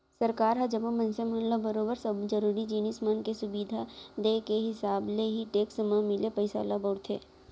सरकार ह जम्मो मनसे मन ल बरोबर सब्बो जरुरी जिनिस मन के सुबिधा देय के हिसाब ले ही टेक्स म मिले पइसा ल बउरथे